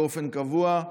באופן קבוע,